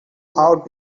how